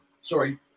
sorry